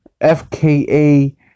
FKA